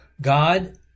God